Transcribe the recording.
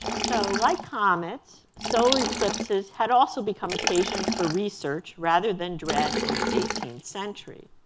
so like comets, solar eclipses had also become occasions for research rather than dread in the eighteenth century.